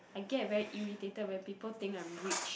I get very irritated when people think I'm rich